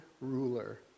ruler